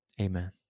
Amen